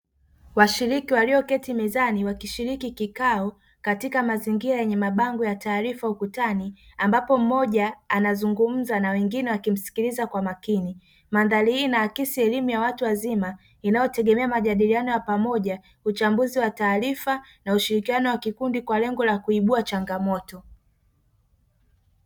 Washiriki walioketi mezani wakishiriki kikao katika mazingira yenye mabango ya taarifa ukutani ambapo mmoja anazungumza na wengine wakimsikiliza kwa makini. Mandhari hii inaakisi elimu ya watu wazima inayotegemea majadiliano ya pamoja uchambuzi wa taarifa na ushirikiano wa kikundi kwa lengo la kuibua changamoto.